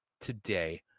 today